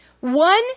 One